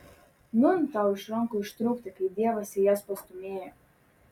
nūn tau iš rankų ištrūkti kai dievas į jas pastūmėjo